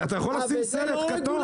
אתה יכול לענוד סרט כתום.